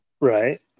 Right